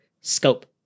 scope